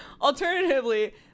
alternatively